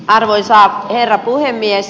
arvoisa herra puhemies